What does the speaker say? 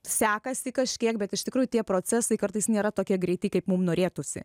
sekasi kažkiek bet iš tikrųjų tie procesai kartais nėra tokie greiti kaip mum norėtųsi